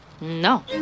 No